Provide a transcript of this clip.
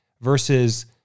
versus